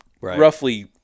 roughly